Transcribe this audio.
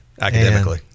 academically